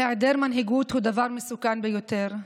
היעדר מנהיגות הוא דבר מסוכן ביותר.